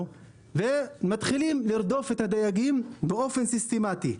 ומתחילים לרדוף את הדייגים באופן סיסטמתי.